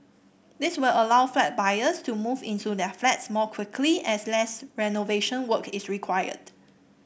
this will allow flat buyers to move into their flats more quickly as less renovation work is required